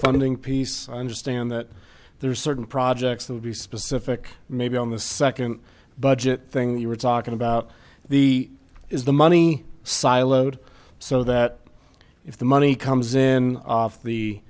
funding piece i understand that there's certain projects that would be specific maybe on the second budget thing you were talking about the is the money siloed so that if the money comes in off the